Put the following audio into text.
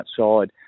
outside